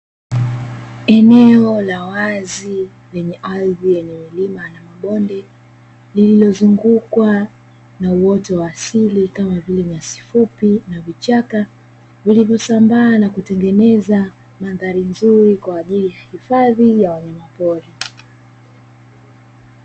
Eneo la wazi lenye ardhi yenye milima na mabonde, lililozungukwa na uoto wa asili, kama vile; nyasi fupi na vichaka, vilivyosambaa na kutengeneza mandhari nzuri kwa ajili ya hifadhi ya wanyamapori.